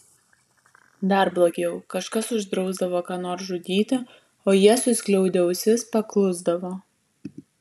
dar blogiau kažkas uždrausdavo ką nors žudyti o jie suskliaudę ausis paklusdavo